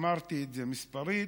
אמרתי את זה, מספרית,